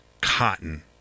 cotton